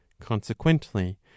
Consequently